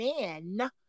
man